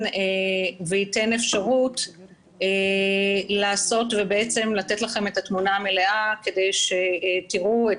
וייתן לכם את התמונה המלאה כדי שתראו את